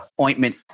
ointment